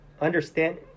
Understand